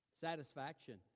satisfaction